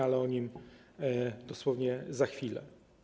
Ale o nim dosłownie za chwilę.